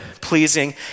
pleasing